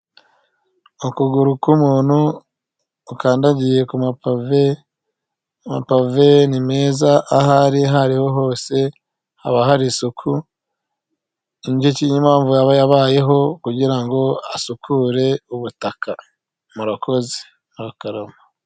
Ukuguru k'umuntu ukandagiye ku mapave, amapave ni meza aho ari hose haba hari isuku, impamvu yaba yabayeho kugira ngo asukure ubutaka murakoze arakarama.